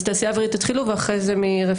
אז תעשייה האווירית תתחילו, ואחר זה רפאל.